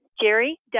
Jerry